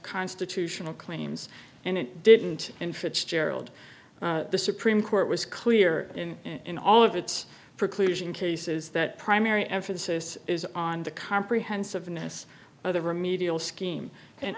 constitutional claims and it didn't and fitzgerald the supreme court was clear in in all of its preclusion cases that primary emphasis is on the comprehensiveness of the remedial scheme and